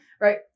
right